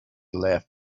left